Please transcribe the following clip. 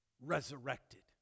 resurrected